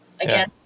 Again